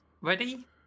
ready